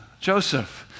Joseph